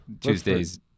Tuesdays